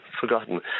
forgotten